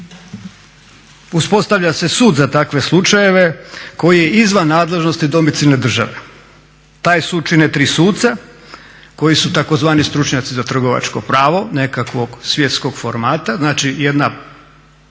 Uspostavlja se sud za takve slučajeve koji je izvan nadležnosti domicilne države. Taj sud čine tri suca koji su tzv. stručnjaci za trgovačko pravo nekakvog svjetskog formata, znači jedna